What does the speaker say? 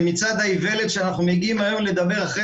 זה מצעד האיוולת שאנחנו מגיעים היום לדבר אחרי